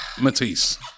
Matisse